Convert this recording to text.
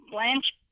Blanche